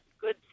good